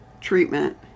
treatment